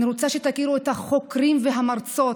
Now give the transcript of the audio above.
אני רוצה שתכירו את החוקרים והמרצות,